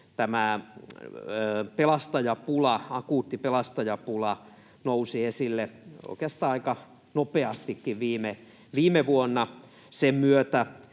Tämä akuutti pelastajapula nousi esille oikeastaan aika nopeastikin viime vuonna sen myötä,